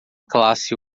classe